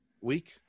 Week